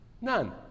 None